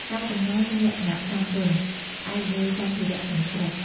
ការចំណាយមានលក្ខណៈសមរម្យ ផ្អែកលើសម្ភារៈក្នុងស្រុក។